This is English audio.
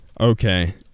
Okay